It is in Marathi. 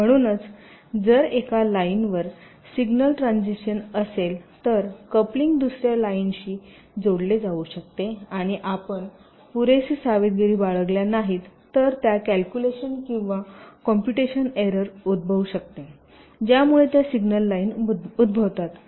म्हणूनच जर एका लाईनवर सिग्नल ट्रान्सिशन असेल तर कपलिंग दुसऱ्या लाईनवशी जोडले जाऊ शकते आणि आपण पुरेसे सावधगिरी बाळगल्या नाहीत तर त्या कॅल्क्युलेशन किंवा कॉम्पुटेशन एरर उद्भवू शकते ज्यामुळे त्या सिग्नल लाइन उद्भवतात